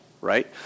right